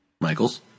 Michaels